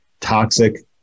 toxic